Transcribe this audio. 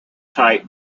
type